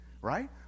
right